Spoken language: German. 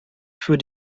für